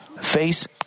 face